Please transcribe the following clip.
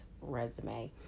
resume